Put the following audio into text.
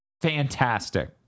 Fantastic